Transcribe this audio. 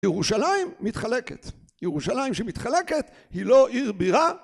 ירושלים מתחלקת. ירושלים שמתחלקת היא לא עיר בירה